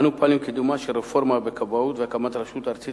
אנו פועלים לקידומה של רפורמה בכבאות והקמת רשות ארצית